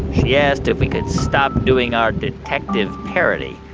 yeah asked if we could stop doing our detective parody.